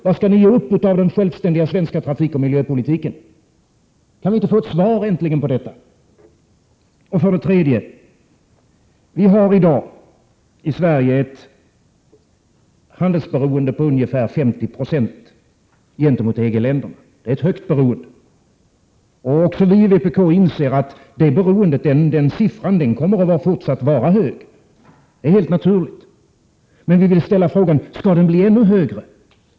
Vad skall vi ge 57 upp av den självständiga svenska trafikoch miljöpolitiken? Kan vi inte äntligen få ett svar på dessa frågor? För det tredje: Vi har i dag i Sverige ett handelsberoende på ungefär 50 9c gentemot EG-länderna. Det är ett högt beroende. Också vi i vpk inser att den siffran kommer att fortsätta att vara hög. Det är helt naturligt. Men vi vill ställa några frågor: Skall den bli ännu högre?